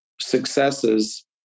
successes